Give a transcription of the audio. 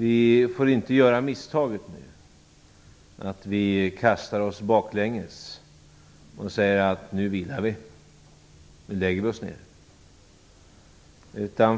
Vi får inte göra misstaget nu att vi kastar oss baklänges och säger: Nu vilar vi, nu lägger vi oss ner.